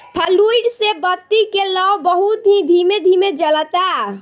fluid से बत्ती के लौं बहुत ही धीमे धीमे जलता